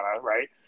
right